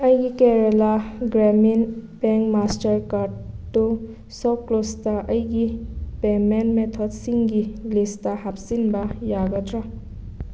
ꯑꯩꯒꯤ Kerala Gramin bank master ꯀꯥꯔꯗꯇꯨ ꯁꯣꯞꯀ꯭ꯂꯨꯁꯇ ꯑꯩꯒꯤ ꯄꯦꯃꯦꯟ ꯃꯦꯊꯣꯠ ꯁꯤꯡꯒꯤ ꯂꯤꯁꯇ ꯍꯞꯆꯤꯟꯕ ꯌꯥꯒꯗ꯭ꯔꯥ